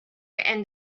and